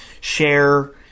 share